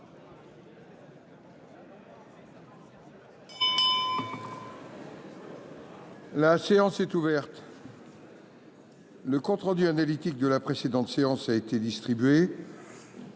La séance est ouverte. Le compte rendu analytique de la précédente séance a été distribué.